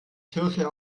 kirche